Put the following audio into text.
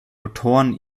rotoren